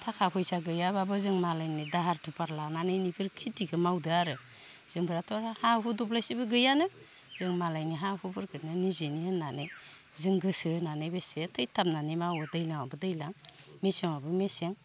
थाखा फैसा गैयाब्लाबो जों मालायनो दाहार दुफार लानानै इनैफोर खेथिखो मावदो आरो जोंफ्राथ' हा हु दब्लायसेबो गैयानो जों मालायनि हा हुफोरखोनो निजेनि होननानै जों गोसो होनानै बेसे थैथाबनानै मावो दैज्लाङावबो दैज्लां मेसेङावबो मेसें